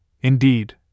Indeed